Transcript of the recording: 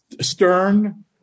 stern